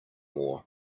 war